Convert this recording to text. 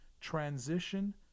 transition